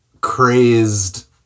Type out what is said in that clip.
crazed